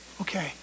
Okay